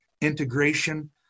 integration